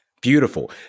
Beautiful